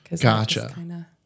Gotcha